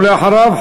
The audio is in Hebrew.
ואחריו,